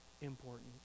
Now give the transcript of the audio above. important